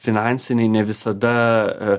finansiniai ne visada